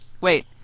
wait